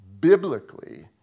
biblically